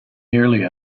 nearly